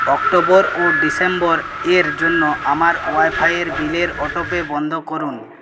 October ও December এর জন্য আমার ওয়াইফাইয়ের বিলের অটোপে বন্ধ করুন